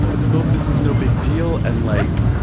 both this is no big deal and like,